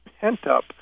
pent-up